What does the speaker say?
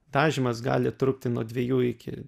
dažymas gali trukti nuo dviejų iki